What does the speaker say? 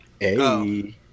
Hey